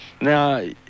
now